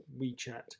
WeChat